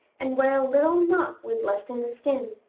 and where a little knot was left in the skin.